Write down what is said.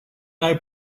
now